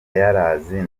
yarazi